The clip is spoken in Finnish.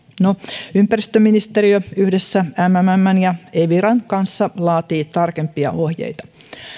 no ympäristöministeriö yhdessä mmmn ja eviran kanssa laatii tarkempia ohjeita